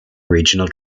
regional